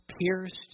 pierced